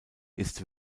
ist